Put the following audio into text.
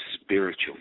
spiritual